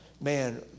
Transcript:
man